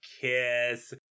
kiss